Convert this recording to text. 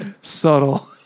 Subtle